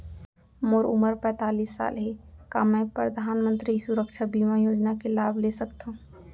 मोर उमर पैंतालीस साल हे का मैं परधानमंतरी सुरक्षा बीमा योजना के लाभ ले सकथव?